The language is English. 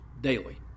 daily